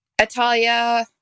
Atalia